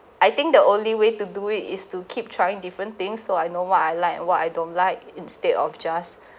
I think the only way to do it is to keep trying different things so I know what I like and what I don't like instead of just